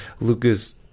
Lucas